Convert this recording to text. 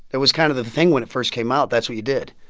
it was kind of the thing when it first came out. that's what you did.